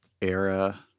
era